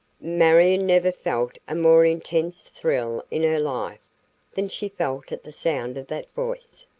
marion never felt a more intense thrill in her life than she felt at the sound of that voice.